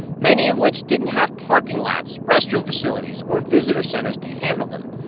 many of which didn't have parking lots, restroom facilities or visitor centers to handle them.